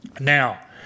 Now